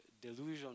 Delusion